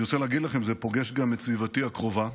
אני רוצה להגיד לכם, זה פוגש גם את סביבתי הקרובה: